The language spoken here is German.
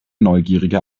neugierige